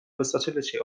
versatility